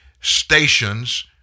stations